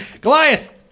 Goliath